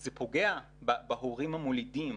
זה פוגע בהורים המולידים,